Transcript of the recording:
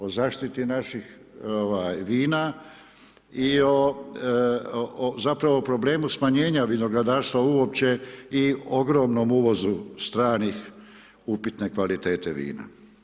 O zaštiti naših vina i o, zapravo problemu smanjenja vinogradarstva uopće i ogromnom uvozu stranih upitne kvalitete vina.